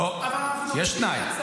לא, יש תנאי.